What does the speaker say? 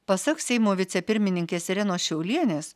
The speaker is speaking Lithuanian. pasak seimo vicepirmininkės irenos šiaulienės